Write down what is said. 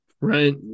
right